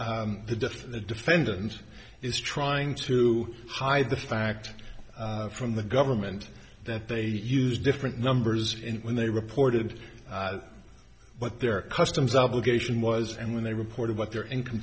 of the defendant is trying to hide the fact from the government that they use different numbers in when they reported what their customs obligation was and when they reported what their income